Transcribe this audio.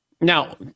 Now